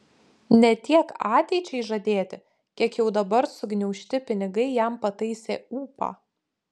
ne tiek ateičiai žadėti kiek jau dabar sugniaužti pinigai jam pataisė ūpą